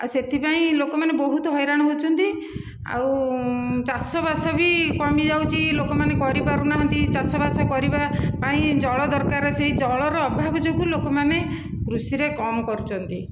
ଆଉ ସେଥିପାଇଁ ଲୋକମାନେ ବହୁତ ହଇରାଣ ହେଉଛନ୍ତି ଆଉ ଚାଷବାସ ବି କମିଯାଉଛି ଲୋକମାନେ କରିପାରୁନାହାନ୍ତି ଚାଷବାସ କରିବା ପାଇଁ ଜଳ ଦରକାର ସେହି ଜଳର ଅଭାବ ଯୋଗୁଁ ଲୋକମାନେ କୃଷିରେ କମ୍ କରୁଛନ୍ତି